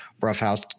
roughhouse